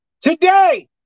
Today